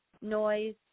noise